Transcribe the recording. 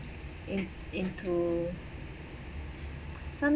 in into some